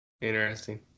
Interesting